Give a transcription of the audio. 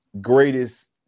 greatest